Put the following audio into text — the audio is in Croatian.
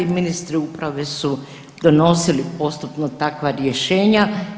Ministri uprave su donosili postupno takva rješenja.